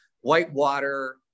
whitewater-